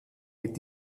mit